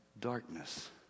darkness